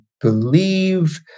believe